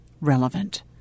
relevant